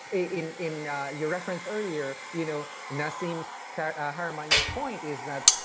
in in your reference earlier, you know nassim haramein's point is that,